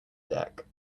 deck